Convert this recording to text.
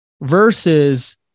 versus